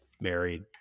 married